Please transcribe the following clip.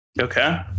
okay